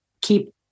keep